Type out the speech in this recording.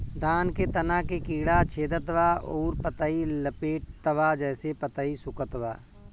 धान के तना के कीड़ा छेदत बा अउर पतई लपेटतबा जेसे पतई सूखत बा?